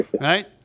Right